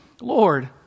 Lord